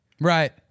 Right